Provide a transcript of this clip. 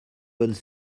bonnes